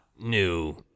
new